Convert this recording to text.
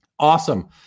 Awesome